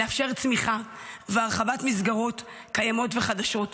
לאפשר צמיחה והרחבת מסגרות קיימות וחדשות.